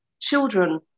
children